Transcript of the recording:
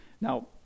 Now